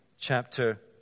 chapter